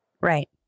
Right